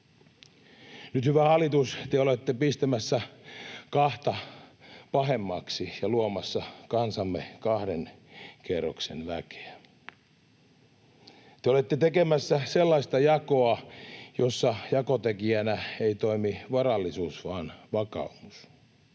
Nyt, hyvä hallitus, te olette pistämässä kahta pahemmaksi ja luomassa kansaamme kahden kerroksen väkeä. Te olette tekemässä sellaista jakoa, jossa jakotekijänä ei toimi varallisuus vaan vakaumus.